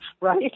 right